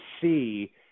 see